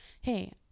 hey